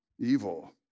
evil